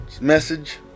message